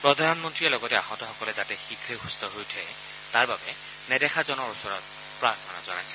প্ৰধানমন্ত্ৰীয়ে লগতে আহতসকল যাতে শীঘ্ৰে সুস্থ হৈ উঠে তাৰ বাবে নেদেখাজনৰ ওচৰত প্ৰাৰ্থনা জনাইছে